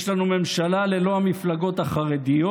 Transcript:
יש לנו ממשלה ללא המפלגות החרדיות,